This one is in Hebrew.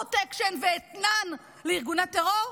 פרוטקשן ואתנן לארגוני טרור?